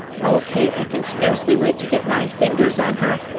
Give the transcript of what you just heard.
oh, kate, i can scarcely wait to get my fingers on her.